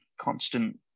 constant